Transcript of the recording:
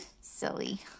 Silly